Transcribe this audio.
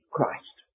Christ